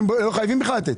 היום הם לא חייבים בכלל לתת.